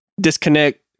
disconnect